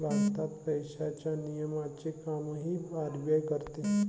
भारतात पैशांच्या नियमनाचे कामही आर.बी.आय करते